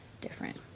different